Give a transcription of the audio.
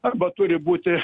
arba turi būti